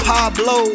Pablo